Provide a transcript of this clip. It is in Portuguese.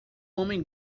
homem